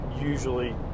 usually